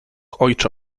ojcze